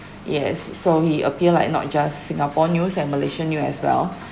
yes s~ so he appear like not just singapore news and malaysian news as well